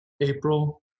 April